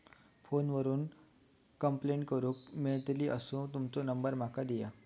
Phone करून complaint करूक मेलतली असो तुमचो नंबर माका दिया?